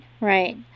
right